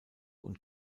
und